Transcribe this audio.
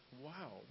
wow